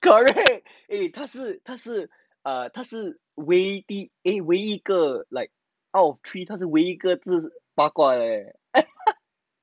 correct eh 这是这是这是 wavy eh 唯一一个 like out of three 他是唯一一个不八卦 eh